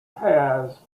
paths